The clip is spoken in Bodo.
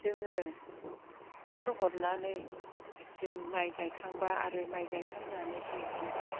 जोङो हगार हरनानै जों माइ गायखांबा आरो माइ गायखांनानै सोमखांबा